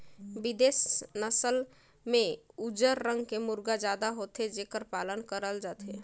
बिदेसी नसल में उजर रंग के मुरगा जादा होथे जेखर पालन करल जाथे